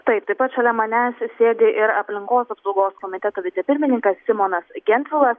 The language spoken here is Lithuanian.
taip taip pat šalia manęs sėdi ir aplinkos apsaugos komiteto vicepirmininkas simonas gentvilas